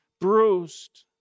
bruised